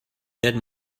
that